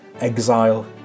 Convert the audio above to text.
exile